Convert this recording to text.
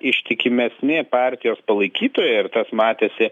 ištikimesni partijos palaikytojai ir tas matėsi